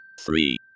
three